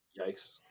Yikes